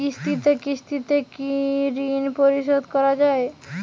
কিস্তিতে কিস্তিতে কি ঋণ পরিশোধ করা য়ায়?